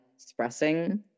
expressing